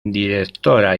directora